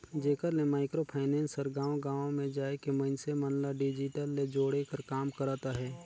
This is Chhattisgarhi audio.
जेकर ले माइक्रो फाइनेंस हर गाँव गाँव में जाए के मइनसे मन ल डिजिटल ले जोड़े कर काम करत अहे